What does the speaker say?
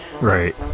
Right